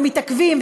ומתעכבים,